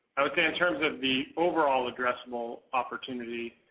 i would say, in terms of the overall addressable opportunity,